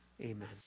Amen